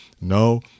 no